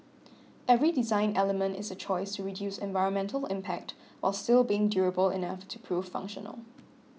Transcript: every design element is a choice reduce environmental impact while still being durable enough to prove functional